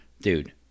dude